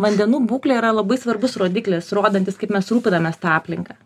vandenų būklė yra labai svarbus rodiklis rodantis kaip mes rūpinamės ta aplinka